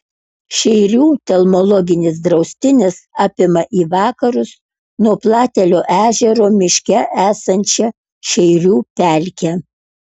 šeirių telmologinis draustinis apima į vakarus nuo platelių ežero miške esančią šeirių pelkę